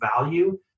value